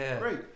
great